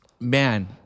Man